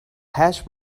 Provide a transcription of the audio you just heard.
hash